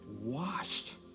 washed